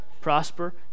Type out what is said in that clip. prosper